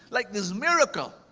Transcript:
like this miracle.